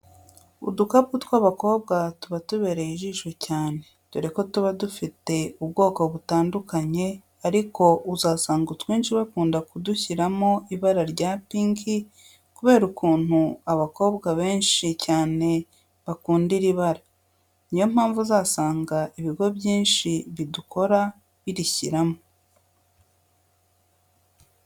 Udukapu tw'abakobwa tuba tubereye ijisho cyane, dore ko tuba dufite ubwoko butandukanye ariko uzasanga utwinshi bakunda kudushyiramo ibara rya pinki kubera ukuntu abakobwa benshi cyane bakunda iri bara, ni yo mpamvu usanga ibigo byinshi bidukora birishyiramo.